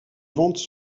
ventes